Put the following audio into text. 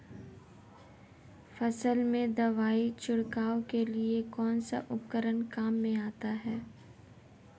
फसल में दवाई छिड़काव के लिए कौनसा उपकरण काम में आता है?